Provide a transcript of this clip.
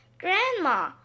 Grandma